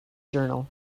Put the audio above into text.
journal